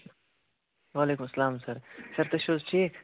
وعلیکُم السَلام سر تُہۍ چھُو حظ ٹھیٖک